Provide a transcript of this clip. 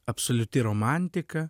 absoliuti romantika